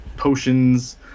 potions